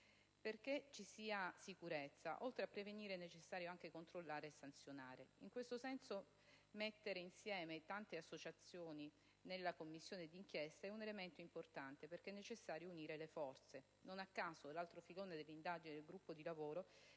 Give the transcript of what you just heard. Perché ci sia sicurezza, oltre a prevenire è necessario anche controllare e sanzionare. In questo senso, mettere insieme tante associazioni nella Commissione d'inchiesta è un elemento importante perché è necessario unire le forze. Non a caso, l'altro filone di indagine del gruppo di lavoro